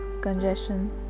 congestion